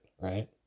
right